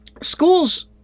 Schools